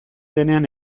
denean